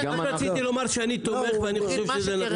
רק רציתי לומר שאני תומך ואני חושב שזה נכון.